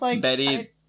Betty